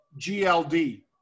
GLD